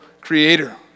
creator